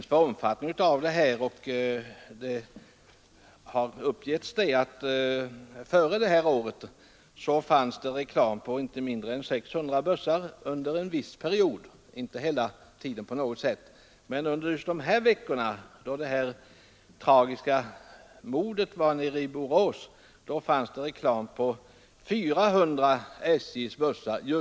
Jag har fått beskedet att det under en viss period före detta år vid olika tillfällen fanns reklam på sammanlagt inte mindre än 600 bussar. Under två veckor i anslutning till det tragiska mordet i Borås fanns det reklam på 400 av SJ:s bussar.